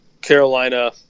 Carolina